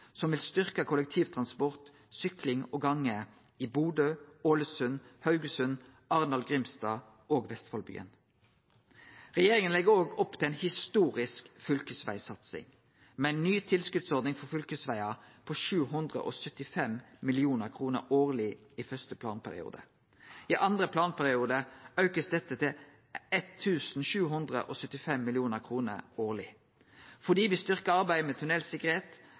som vil styrkje kollektivtransport, sykling og gange i Bodø, Ålesund, Haugesund, Arendal/Grimstad og Vestfoldbyen. Regjeringa legg òg opp til ei historisk fylkesvegsatsing med ei ny tilskotsordning for fylkesvegar på 775 mill. kr årleg i første planperiode. I andre planperiode blir dette auka til 1 775 mill. kr årleg. Fordi me styrkjer arbeidet med